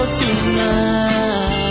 tonight